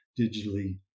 digitally